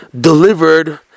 delivered